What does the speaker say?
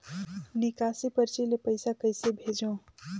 निकासी परची ले पईसा कइसे भेजों?